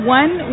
one